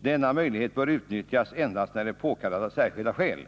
Denna möjlighet bör utnyttjas endast när det är påkallat av särskilda skäl.